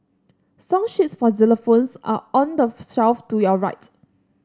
song sheets for xylophones are on the shelf to your right